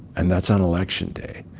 and that's on election day.